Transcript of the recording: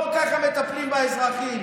לא ככה מטפלים באזרחים.